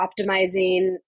optimizing